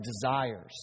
desires